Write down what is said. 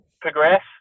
progress